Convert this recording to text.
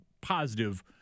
positive